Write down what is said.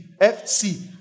F-C